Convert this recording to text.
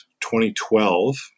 2012